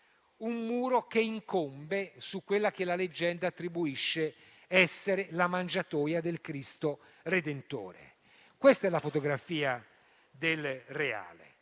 un muro che incombe su quella che la leggenda narra essere "la mangiatoia del Cristo Redentore". Questa è la fotografia del reale.